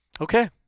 Okay